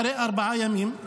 אחרי ארבעה ימים,